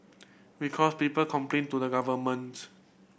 because people complain to the governments